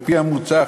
על-פי המוצע,